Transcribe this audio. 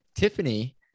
Tiffany